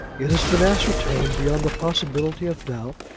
it has been ascertained beyond the possibility of doubt,